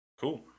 Cool